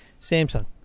Samsung